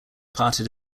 parted